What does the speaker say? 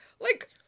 Like-